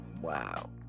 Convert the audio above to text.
wow